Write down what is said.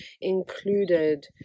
included